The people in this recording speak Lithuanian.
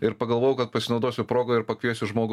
ir pagalvojau kad pasinaudosiu proga ir pakviesiu žmogų